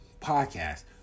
podcast